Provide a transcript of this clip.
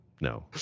no